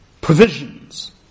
provisions